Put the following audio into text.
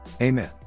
Amen